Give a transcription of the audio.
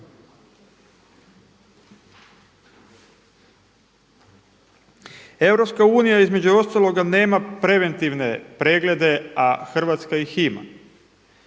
radio. EU između ostaloga nema preventivne preglede, a Hrvatska ih ima.